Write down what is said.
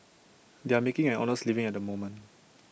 they are making an honest living at the moment